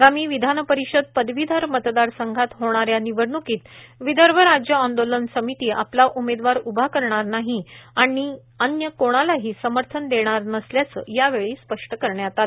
आगामी विधान परिषद पदवीधर मतदार संघात होणाऱ्या निवडण्कीत विदर्भ राज्य आंदोलन समिति आपला उमेदवार उभा करणार नाही आणि अन्य कोणालाही समर्थन देणार नसल्याच या वेळी स्पष्ट करण्यात आले